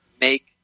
make